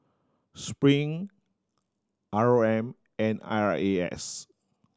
Spring R O M and I R A S